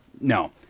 no